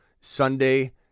Sunday